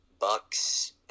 Bucks